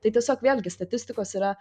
tai tiesiog vėlgi statistikos yra